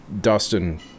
Dustin